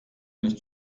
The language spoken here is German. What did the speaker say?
nicht